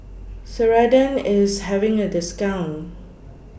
Ceradan IS having A discount